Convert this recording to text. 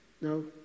No